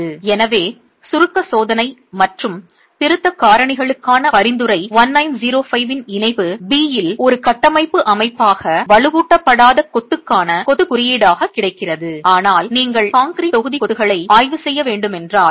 எனவே சுருக்க சோதனை மற்றும் திருத்தம் காரணிகளுக்கான பரிந்துரை 1905 இன் இணைப்பு B இல் ஒரு கட்டமைப்பு அமைப்பாக வலுவூட்டப்படாத கொத்துக்கான கொத்து குறியீடாக கிடைக்கிறது ஆனால் நீங்கள் கான்கிரீட் தொகுதி கொத்துகளை ஆய்வு செய்ய வேண்டும் என்றால்